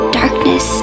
darkness